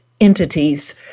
entities